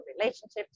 relationships